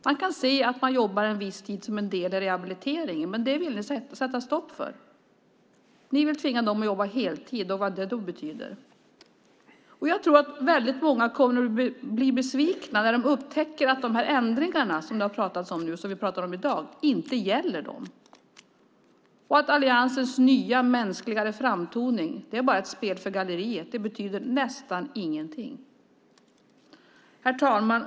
Man jobbar en viss tid som en del i rehabiliteringen, men det vill ni sätta stopp för. Ni vill tvinga dem att jobba heltid. Jag tror att många kommer att bli besvikna när de upptäcker att de ändringar som vi pratar om i dag inte gäller dem och att alliansens nya mänskligare framtoning bara är ett spel för galleriet. Det betyder nästan ingenting. Herr talman!